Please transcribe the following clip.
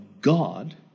God